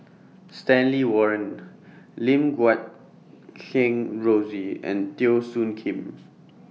Stanley Warren Lim Guat Kheng Rosie and Teo Soon Kim